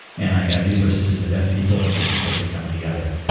and i had resources to the best people. it just wasn't coming together